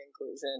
inclusion